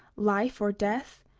life or death,